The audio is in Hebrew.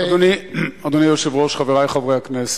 אדוני היושב-ראש, חברי חברי הכנסת,